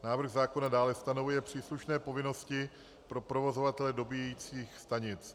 Návrh zákona dále stanovuje příslušné povinnosti pro provozovatele dobíjecích stanic.